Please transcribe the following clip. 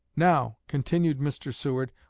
now, continued mr. seward,